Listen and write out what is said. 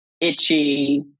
itchy